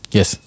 Yes